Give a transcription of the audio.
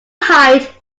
height